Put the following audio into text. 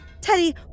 Teddy